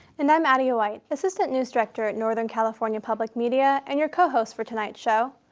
and i'm adia white, assistant news director at northern california public media and your cohost for tonight's show.